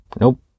Nope